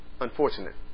unfortunate